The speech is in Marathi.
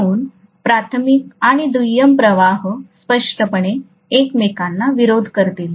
म्हणून प्राथमिक आणि दुय्यम प्रवाह स्पष्टपणे एकमेकांना विरोध करतील